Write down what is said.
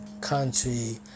country